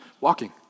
walking